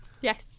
Yes